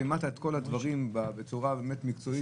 שהעמדת את הדברים בצורה מקצועית,